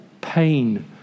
pain